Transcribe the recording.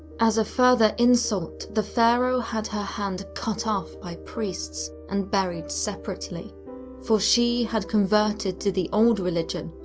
as a further insult, the pharaoh had her hand cut off by the priests and buried separately for she had converted to the old religion,